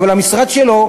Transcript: אבל המשרד שלו,